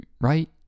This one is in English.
right